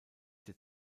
der